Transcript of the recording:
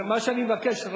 מה שאני מבקש,